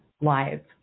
live